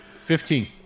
Fifteen